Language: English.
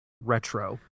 retro